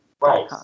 Right